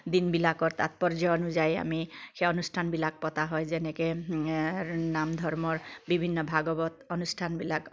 দিনবিলাকৰ তাৎপৰ্য অনুযায়ী আমি সেই অনুষ্ঠানবিলাক পতা হয় যেনেকে নাম ধৰ্মৰ বিভিন্ন ভাগৱত অনুষ্ঠানবিলাক